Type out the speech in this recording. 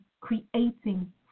creating